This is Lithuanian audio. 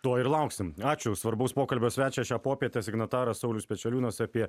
to ir lauksim ačiū svarbaus pokalbio svečias šią popietę signataras saulius pečeliūnas apie